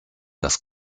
das